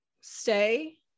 stay